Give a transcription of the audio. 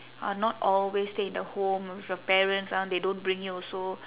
uh not always stay in the home with your parents uh they don't bring you also